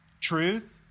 Truth